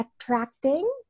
attracting